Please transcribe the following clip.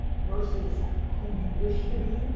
versus who you wish to be,